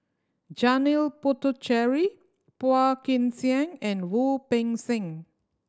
Janil Puthucheary Phua Kin Siang and Wu Peng Seng